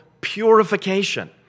purification